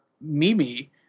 Mimi